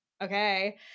okay